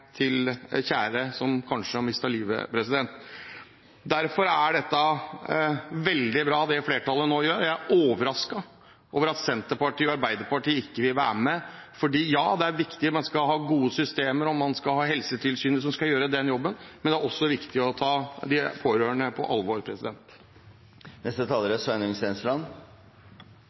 til kjære som kanskje har mistet livet. Derfor er det flertallet nå gjør, veldig bra. Jeg er overrasket over at Senterpartiet og Arbeiderpartiet ikke vil være med, for ja, det er viktig med gode systemer, og man skal ha Helsetilsynet, som skal gjøre den jobben, men det er også viktig å ta de pårørende på alvor.